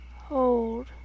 hold